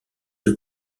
deux